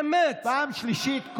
פעם שלישית.